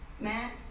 Matt